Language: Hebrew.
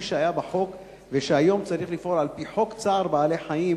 שהיה בחוק ושהיום צריך לפעול על-פי חוק צער בעלי-חיים,